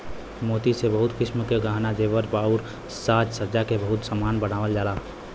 मोती से बहुत किसिम क गहना जेवर आउर साज सज्जा के बहुत सामान बनावल जाला